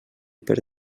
per